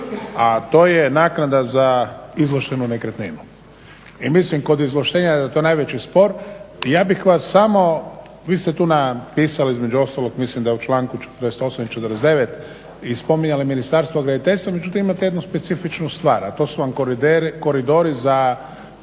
a to je naknada za izvlaštenu nekretninu i mislim kod izvlaštenja da je to najveći spor. Ja bih vas samo, vi ste tu napisali između ostalog mislim da u članku 48 i 49 i spominjali Ministarstvo graditeljstva, međutim imate jednu specifičnu stvar a to su vam koridori za